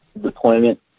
deployment